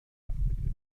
fachbegriffe